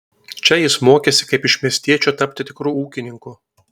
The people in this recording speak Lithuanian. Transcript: čia jis mokėsi kaip iš miestiečio tapti tikru ūkininku